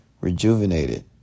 rejuvenated